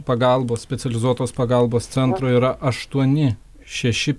pagalbos specializuotos pagalbos centro yra aštuoni šeši